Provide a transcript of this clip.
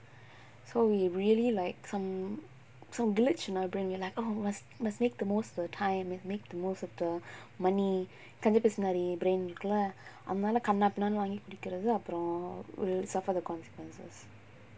so we really like come some glitch you like oh must make the most of the time make the most of the money கஞ்சப்பிசுனாரி:kanjappisunaari brain இருக்குல அதுனால கன்னாபின்னான்னு வாங்கி குடிக்கறது அப்பறம்:irukkula athunaala kannaa pinnaanu vaangi kudikkarathu apparam will suffer the consequences